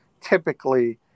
typically